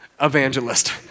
Evangelist